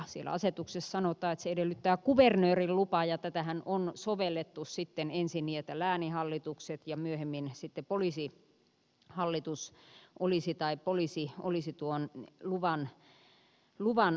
siellä asetuksessa sanotaan että se edellyttää kuvernöörin lupaa ja tätähän on sovellettu sitten niin että ensin lääninhallitukset ja myöhemmin sitten poliisihallitus tai poliisi olisi tuon luvan antaja